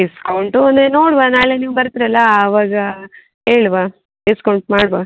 discount ಒಂದು ನೋಡುವ ನಾಳೆ ನೀವು ಬರ್ತೀರಲ್ಲ ಆವಾಗ ಹೇಳುವ ಡಿಸ್ಕೌಂಟ್ ಮಾಡುವ